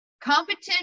Competent